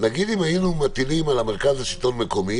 אם היינו מטילים על המרכז לשלטון מקומי